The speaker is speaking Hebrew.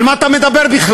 על מה אתה מדבר בכלל?